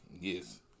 Yes